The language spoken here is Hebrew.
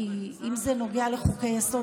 כי אם זה נוגע לחוקי-יסוד,